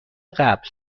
قبل